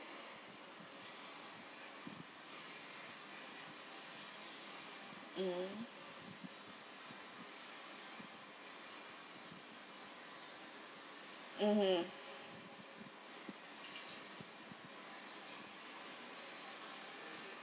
mm mmhmm